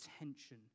attention